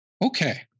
Okay